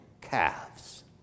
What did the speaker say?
calves